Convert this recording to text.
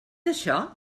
això